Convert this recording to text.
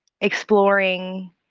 exploring